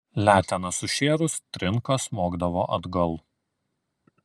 letena sušėrus trinka smogdavo atgal